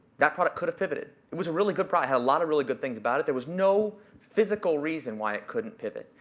that product could have pivoted. it was a really good product. it had a lot of really good things about it. there was no physical reason why it couldn't pivot.